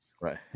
Right